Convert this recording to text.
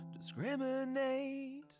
Discriminate